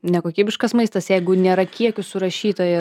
nekokybiškas maistas jeigu nėra kiekių surašyta ir